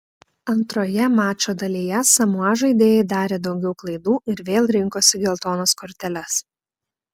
antroje mačo dalyje samoa žaidėjai darė daugiau klaidų ir vėl rinkosi geltonas korteles